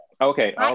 Okay